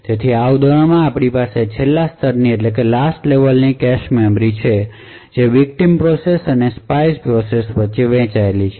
તેથી આ ઉદાહરણમાં આપણી પાસે છેલ્લા સ્તરની કેશ મેમરી છે જે વિકટીમ પ્રોસેસ અને સ્પાય પ્રોસેસ વચ્ચે વહેંચાયેલી છે